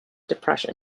depression